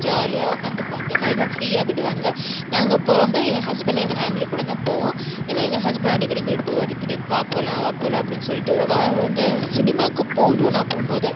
ஜாலியாக உக்காந்து பாக்கிற மாதிரி தான் ஃப்ரீயாக விடுவாங்க நாங்கள் போகும்போது எங்கள் ஹஸ்பண்டு எங்கள் ஃபேம்லிகூட தான் போவோம் ஏன்னா எங்கள் ஹஸ்பண்ட் அடிக்கடி கூட்டு போவார் திரை வா போகலாம் வா போகலாம் அப்டின்னு சொல்லிவிட்டு வா இந்த சினிமாக்கு போகணும் நான் அப்றம்போது